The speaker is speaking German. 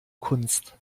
kunst